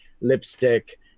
lipstick